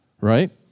right